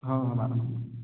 हां हां बारा नंबर